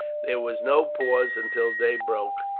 there was no pause until day broke,